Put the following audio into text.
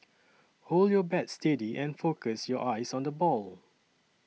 hold your bat steady and focus your eyes on the ball